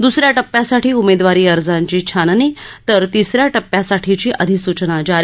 दुसऱ्या टप्प्यासाठी उमेदवारी अर्जांची छाननी तर तिसऱ्या टप्प्यासाठीची अधिसूचना जारी